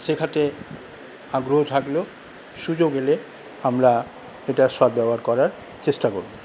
শেখাতে আগ্রহ থাকলেও সুযোগ এলে আমরা এটার সদব্যবহার করার চেষ্টা করব